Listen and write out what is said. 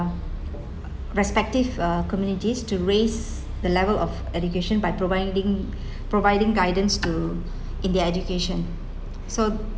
respective communities uh to raise the level of education by providing providing guidance to in their education so